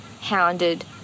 hounded